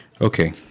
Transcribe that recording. Okay